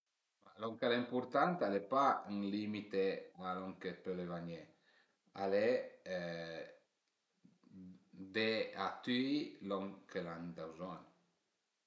Lon ch'al e ëmpurtant al e pa ën limite a lon chë pöle vagné, al e de a tüi lon chë al an da bëzogn